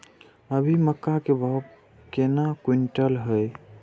अभी मक्का के भाव केना क्विंटल हय?